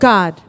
God